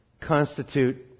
constitute